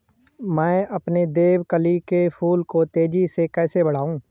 मैं अपने देवकली के फूल को तेजी से कैसे बढाऊं?